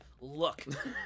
Look